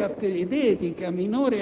l'ipotesi distinta